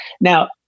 Now